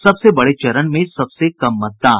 सबसे बड़े चरण में सबसे कम मतदान